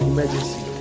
Emergency